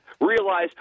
realize